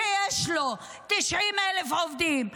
שיש לו 90,000 עובדים,